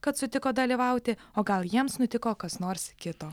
kad sutiko dalyvauti o gal jiems nutiko kas nors kito